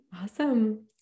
awesome